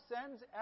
sends